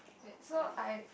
wait so I